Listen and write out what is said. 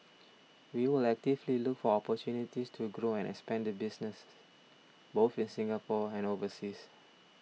we will actively look for opportunities to grow and expand the business both in Singapore and overseas